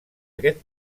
aquest